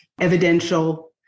evidential